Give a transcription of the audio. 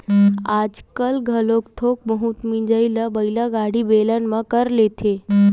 आजकाल घलोक थोक बहुत मिजई ल बइला गाड़ी, बेलन म कर लेथे